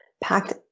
packed